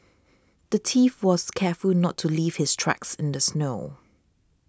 the thief was careful not to leave his tracks in the snow